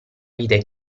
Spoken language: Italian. vide